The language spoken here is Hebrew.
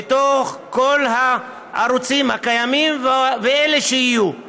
בכל הערוצים הקיימים ובאלה שיהיו.